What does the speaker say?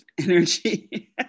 energy